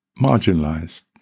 marginalised